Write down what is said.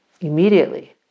immediately